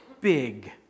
big